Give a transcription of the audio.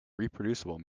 reproducible